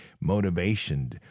motivation